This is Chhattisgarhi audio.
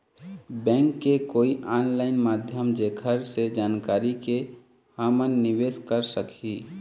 बैंक के कोई ऑनलाइन माध्यम जेकर से जानकारी के के हमन निवेस कर सकही?